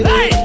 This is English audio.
Hey